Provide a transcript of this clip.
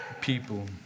people